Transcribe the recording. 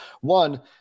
one